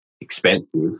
expensive